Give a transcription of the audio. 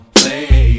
play